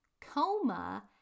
coma